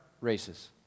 races